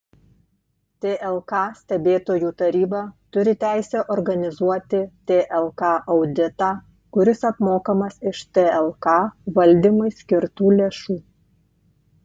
tlk stebėtojų taryba turi teisę organizuoti tlk auditą kuris apmokamas iš tlk valdymui skirtų lėšų